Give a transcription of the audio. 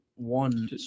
one